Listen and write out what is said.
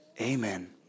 amen